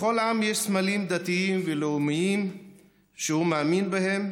לכל עם יש סמלים דתיים ולאומיים שהוא מאמין בהם,